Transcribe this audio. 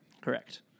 Correct